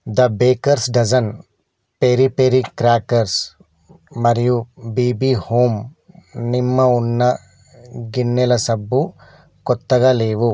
the baker's dozen peri peri crackers మరియు BB home నిమ్మ ఉన్న గిన్నెల సబ్బు కొత్తగా లేవు